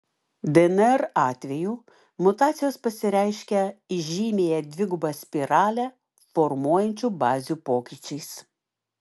dnr atveju mutacijos pasireiškia įžymiąją dvigubą spiralę formuojančių bazių pokyčiais